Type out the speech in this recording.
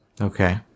Okay